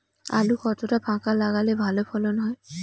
আলু কতটা ফাঁকা লাগে ভালো ফলন হয়?